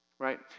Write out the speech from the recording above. Right